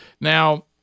Now